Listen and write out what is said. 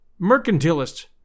mercantilists